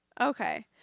Okay